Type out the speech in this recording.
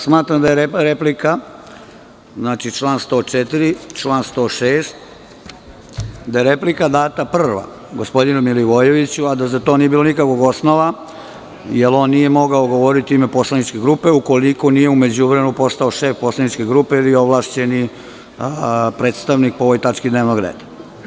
Smatram da je replika po članu 104. i 106. data prvo gospodinu Milivojeviću, a da za to nije bilo nikakvog osnova, jer on nije mogao govoriti u ime poslaničke grupe ukoliko nije u međuvremenu postao šef poslaničke grupe ili ovlašćeni predstavnik po ovoj tački dnevnog reda.